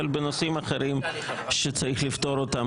אבל בנושאים אחרים שצריך לפתור אותם